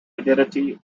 identity